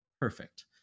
perfect